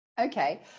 okay